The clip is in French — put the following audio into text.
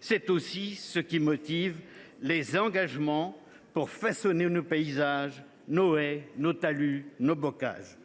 C’est là aussi un élément de motivation pour façonner nos paysages, nos haies, nos talus, nos bocages.